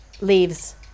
leaves